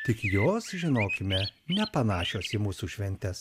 tik jos žinokime nepanašios į mūsų šventes